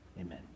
Amen